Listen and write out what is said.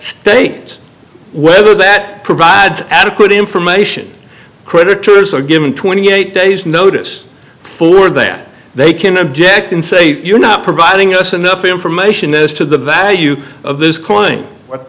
states whether that provides adequate information crittur tours are given twenty eight days notice for that they can object and say you're not providing us enough information as to the value of this